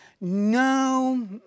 no